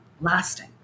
lasting